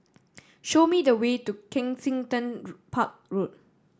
show me the way to Kensington Road Park Road